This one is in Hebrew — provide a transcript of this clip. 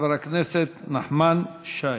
חבר הכנסת נחמן שי.